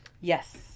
Yes